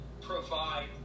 provide